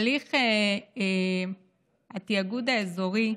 הליך התיאגוד האזורי,